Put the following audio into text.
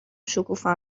شکوفا